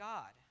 God